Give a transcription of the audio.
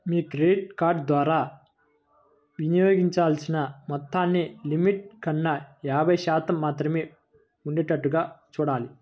మీ credit card ద్వారా వినియోగించాల్సిన మొత్తాన్ని లిమిట్ కన్నా యాభై శాతం మాత్రమే ఉండేటట్లుగా చూడాలి